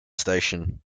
station